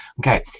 Okay